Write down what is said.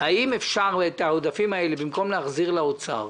האם אפשר את העודפים האלה במקום להחזיר לאוצר,